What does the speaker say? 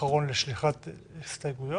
אבל הדבר האחרון שהיה שם זה משפט.